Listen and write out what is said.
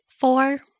Four